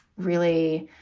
really